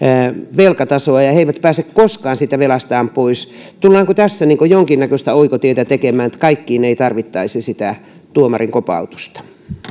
velkatasoa ja he eivät pääse koskaan siitä velastaan pois tullaanko tässä jonkinnäköistä oikotietä tekemään niin että kaikkiin ei tarvittaisi sitä tuomarin kopautusta